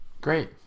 great